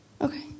Okay